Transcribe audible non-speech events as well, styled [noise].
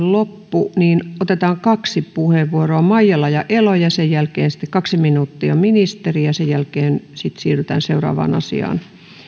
[unintelligible] loppuu niin otetaan kaksi puheenvuoroa maijala ja elo ja sen jälkeen kaksi minuuttia ministerille sen jälkeen siirrytään sitten seuraavaan asiaan